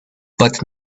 but